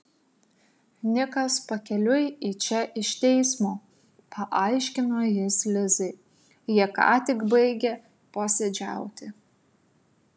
nikas pakeliui į čia iš teismo paaiškino jis lizai jie ką tik baigė posėdžiauti